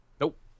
nope